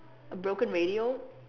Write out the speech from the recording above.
broken radio